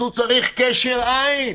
הוא צריך קשר עין.